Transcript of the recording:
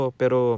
pero